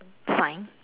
fine